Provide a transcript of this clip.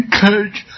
catch